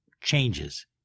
changes